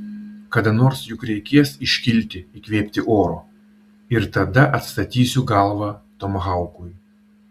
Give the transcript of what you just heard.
kada nors juk reikės iškilti įkvėpti oro ir tada atstatysiu galvą tomahaukui